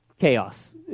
chaos